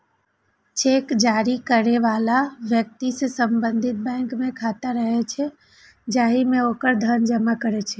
cheque जारी करै बला व्यक्ति के संबंधित बैंक मे खाता रहै छै, जाहि मे ओकर धन जमा रहै छै